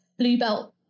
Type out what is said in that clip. Bluebelt